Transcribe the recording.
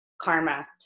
karma